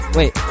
Wait